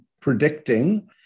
predicting